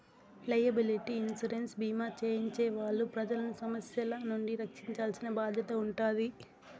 liability insurance భీమా చేయించే వాళ్ళు ప్రజలను సమస్యల నుండి రక్షించాల్సిన బాధ్యత ఉంటాది